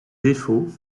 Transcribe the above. défauts